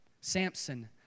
Samson